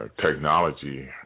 technology